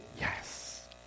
Yes